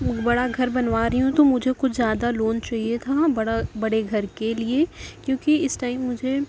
بڑا گھر بنوا رہی ہوں تو مجھے کچھ زیادہ لون چاہیے تھا بڑا بڑے گھر کے لیے کیونکہ اس ٹائم مجھے